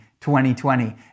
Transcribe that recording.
2020